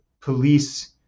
police